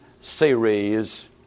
series